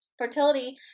Fertility